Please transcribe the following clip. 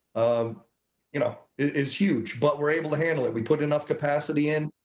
um you know is huge, but we're able to handle it. we put enough capacity in,